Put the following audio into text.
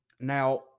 Now